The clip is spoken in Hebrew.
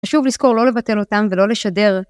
חשוב לזכור לא לבטל אותם ולא לשדר.